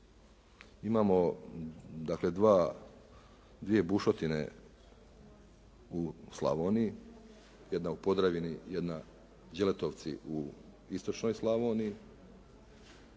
dva, dvije bušotine u Slavoniji, jedna u Podravini, jedna Đeletovci u istočnoj Slavoniji,